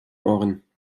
ohren